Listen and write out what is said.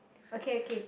okay okay